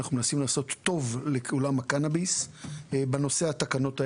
אנחנו מנסים לעשות טוב לעולם הקנביס בנושא התקנות האלה.